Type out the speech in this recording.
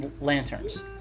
lanterns